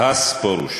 הס, פרוש.